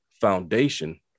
foundation